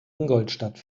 ingolstadt